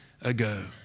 ago